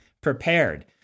prepared